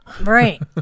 right